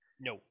No